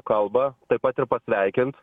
kalba taip pat ir pasveikint